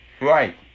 Right